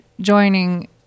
joining